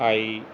I